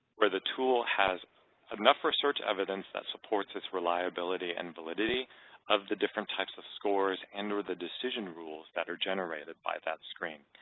where the tool has enough research evidence that supports its reliability and validity of the different types of scores and or the decision rules that are generated by that screen.